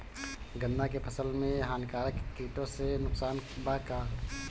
गन्ना के फसल मे हानिकारक किटो से नुकसान बा का?